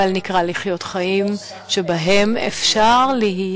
אבל נקרא לחיות חיים שבהם אפשר להיות